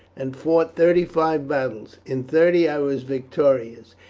and fought thirty-five battles. in thirty i was victorious,